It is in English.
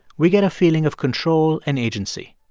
we get a feeling of control and agency.